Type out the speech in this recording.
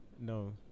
No